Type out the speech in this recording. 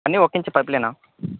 అన్నీ ఒకించు పైపులేనా